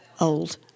old